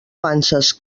panses